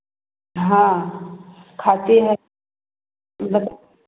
हाँ खाते हैं